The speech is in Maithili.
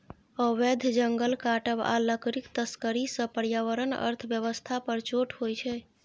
अबैध जंगल काटब आ लकड़ीक तस्करी सँ पर्यावरण अर्थ बेबस्था पर चोट होइ छै